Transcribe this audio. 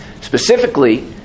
Specifically